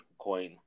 coin